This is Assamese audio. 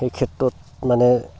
সেই ক্ষেত্ৰত মানে